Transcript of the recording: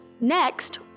Next